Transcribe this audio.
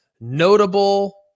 Notable